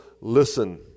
listen